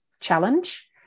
challenge